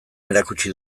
erakutsi